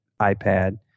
iPad